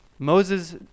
Moses